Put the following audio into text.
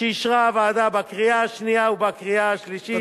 שאישרה הוועדה בקריאה השנייה ובקריאה השלישית.